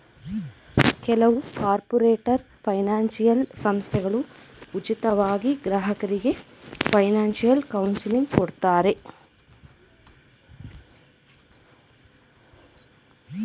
ಕೆಲವು corporate financial ಸಂಸ್ಥೆಗಳು ಉಚಿತವಾಗಿ ಗ್ರಾಹಕರಿಗೆ ಫೈನಾನ್ಸಿಯಲ್ ಕೌನ್ಸಿಲಿಂಗ್ ಕೊಡ್ತಾರೆ